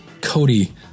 Cody